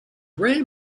rare